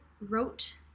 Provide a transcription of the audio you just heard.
wrote